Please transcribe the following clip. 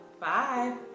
Bye